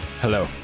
hello